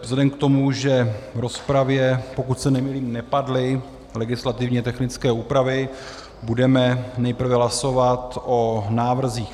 Vzhledem k tomu, že v rozpravě, pokud se nemýlím, nepadly legislativně technické úpravy, budeme nejprve hlasovat o návrzích